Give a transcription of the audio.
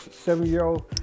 seven-year-old